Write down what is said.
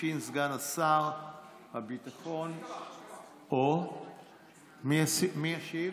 ישיב סגן שר הביטחון, או מי ישיב?